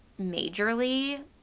majorly